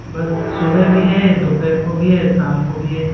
बस सुबह भी है दोपहर को भी है शाम को भी है